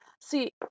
See